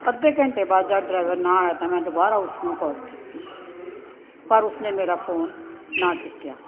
ਅੱਧੇ ਘੰਟੇ ਬਾਅਦ ਜਦ ਡਰਾਈਵਰ ਨਾ ਆਇਆ ਤਾਂ ਮੈਂ ਦੁਬਾਰਾ ਉਸਨੂੰ ਕਾਲ ਕੀਤੀ ਪਰ ਉਸਨੇ ਮੇਰਾ ਫੋਨ ਨਾ ਚੁੱਕਿਆ